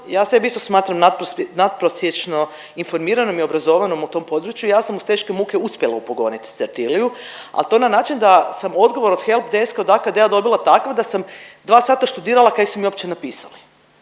ja sebe isto smatram natprosječno informiranom i obrazovanom u tom području i ja sam uz teške muke uspjela upogonit Certiliu, al to na način da sam odgovor od helpdeska od AKD-a dobila takav da sam 2 sata študirala kaj su mi uopće napisali.